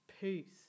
peace